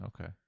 Okay